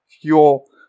fuel